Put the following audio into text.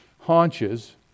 haunches